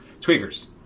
tweakers